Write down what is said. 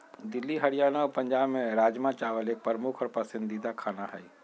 दिल्ली हरियाणा और पंजाब में राजमा चावल एक प्रमुख और पसंदीदा खाना हई